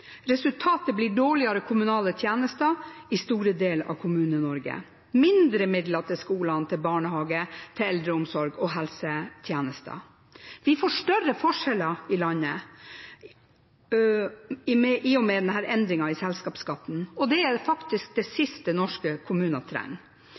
Resultatet blir dårligere kommunale tjenester i store deler av Kommune-Norge: mindre midler til skolene, til barnehage, til eldreomsorg og til helsetjenester. Vi får større forskjeller i landet i og med denne endringen i selskapsskatten, og det er faktisk det siste norske kommuner